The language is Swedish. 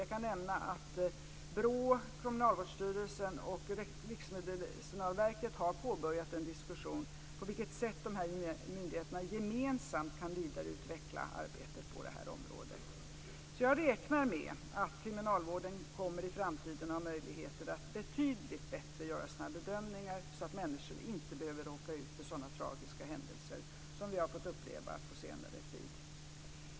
Jag kan nämna att BRÅ, Kriminalvårdsstyrelsen och Riksmedicinalverket har påbörjat en diskussion om på vilket sätt dessa myndigheter gemensamt kan vidareutveckla arbetet på detta område. Jag räknar med att kriminalvården i framtiden kommer att ha möjligheter att betydligt bättre göra sina bedömningar, så att människor inte behöver råka ut för sådana tragiska händelser som vi har fått uppleva på senare tid.